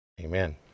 amen